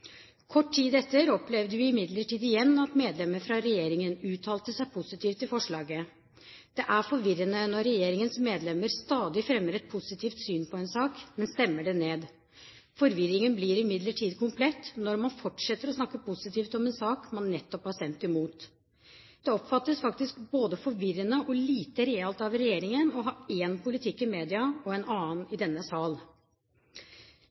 Kort tid etter opplevde vi imidlertid igjen at medlemmer fra regjeringen uttalte seg positivt til forslaget. Det er forvirrende når regjeringens medlemmer stadig fremmer et positivt syn på en sak, men at det blir stemt ned. Forvirringen blir imidlertid komplett når man fortsetter å snakke positivt om en sak man nettopp har stemt imot. Det oppfattes faktisk både forvirrende og lite realt av regjeringen å ha én politikk i media og en annen